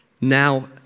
Now